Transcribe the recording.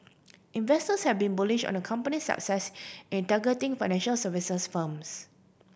investors have been bullish on the company's success in targeting financial services firms